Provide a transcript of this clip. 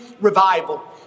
revival